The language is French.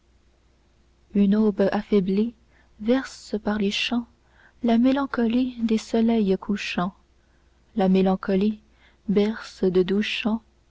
une aube affaiblie verse par les champs la mélancolie des soleils couchants la mélancolie berce de